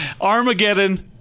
Armageddon